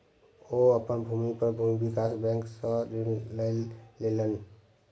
ओ अपन भूमि पर भूमि विकास बैंक सॅ ऋण लय लेलैन